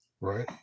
Right